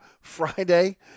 Friday